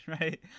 right